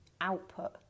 output